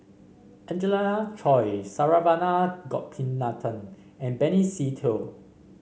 Angelina Choy Saravanan Gopinathan and Benny Se Teo